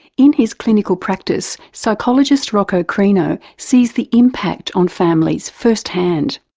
in his clinical practice, psychologist rocco crino sees the impact on families first-hand,